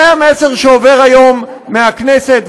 זה המסר שעובר היום מהכנסת,